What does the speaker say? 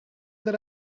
that